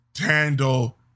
handle